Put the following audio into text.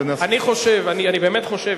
אני באמת חושב,